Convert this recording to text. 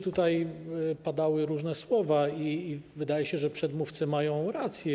Tutaj padały różne słowa i wydaje się, że przedmówcy mają rację.